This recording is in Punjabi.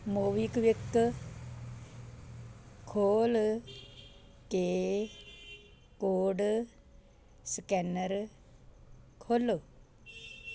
ਮੋਬੀਕਵਿਕ ਖੋਲ੍ਹ ਕੇ ਕੋਡ ਸਕੈਨਰ ਖੋਲ੍ਹੋ